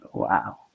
Wow